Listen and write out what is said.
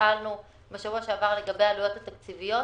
שנשאלנו בשבוע שעבר לגבי העלויות התקציביות,